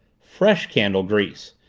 fresh candle grease!